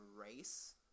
race